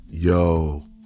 Yo